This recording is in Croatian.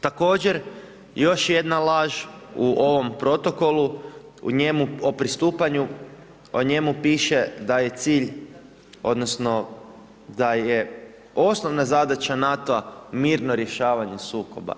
Također, još jedna laž u ovom Protokolu o pristupanju, o njemu piše da je cilj, odnosno da je osnovna zadaća NATO-a mirno rješavanje sukoba.